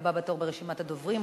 הבא בתור ברשימת הדוברים,